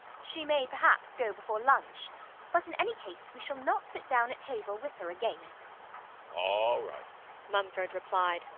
she may perhaps go before lunch but in any case we shall not sit down at table with her again all right mumford replied,